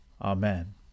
Amen